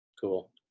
Cool